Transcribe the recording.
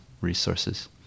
resources